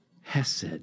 hesed